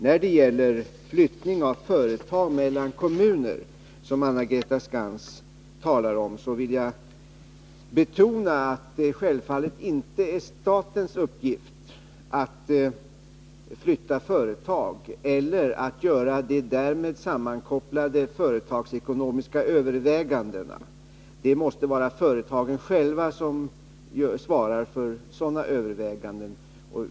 När det gäller frågan om flyttning av företag mellan kommuner, som Anna-Greta Skantz talade om, vill jag betona att det självfallet inte är statens uppgift att flytta företag eller att göra de därmed sammankopplade företagsekonomiska övervägandena. Det måste vara företagen själva som svarar för sådana överväganden.